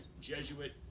Jesuit